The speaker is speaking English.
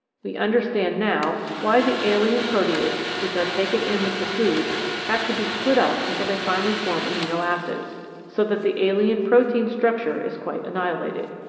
we understand now why the alien proteids which are taken in with the food have to be split up until they finally form amino-acids, so that the alien protein structure is quite annihilated.